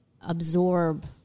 absorb